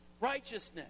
righteousness